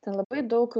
ten labai daug